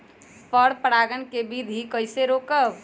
पर परागण केबिधी कईसे रोकब?